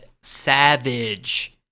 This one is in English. Savage